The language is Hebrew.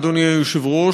אדוני היושב-ראש,